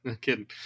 kidding